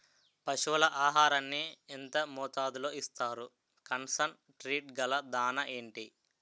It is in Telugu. పశువుల ఆహారాన్ని యెంత మోతాదులో ఇస్తారు? కాన్సన్ ట్రీట్ గల దాణ ఏంటి?